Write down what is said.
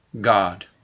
God